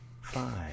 Five